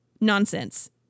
nonsense